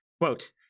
quote